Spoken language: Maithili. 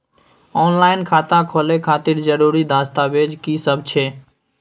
ऑनलाइन खाता खोले खातिर जरुरी दस्तावेज की सब छै?